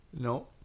No